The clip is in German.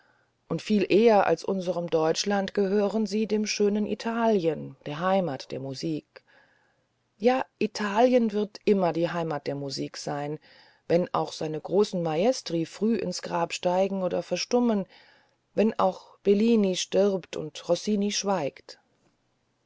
und viel eher als unserem deutschland gehören sie dem schönen italien der heimat der musik ja italien wird immer die heimat der musik sein wenn auch seine großen maestri frühe ins grab steigen oder verstummen wenn auch bellini stirbt und rossini schweigt